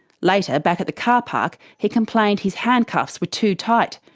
later, back at the carpark, he complained his handcuffs were too tight.